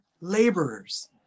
laborers